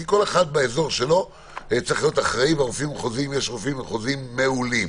כי כל אחד באזור שלו צריך להיות אחראי ויש רופאים מחוזיים מעולים.